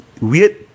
Weird